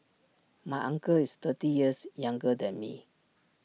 my uncle is thirty years younger than me